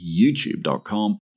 youtube.com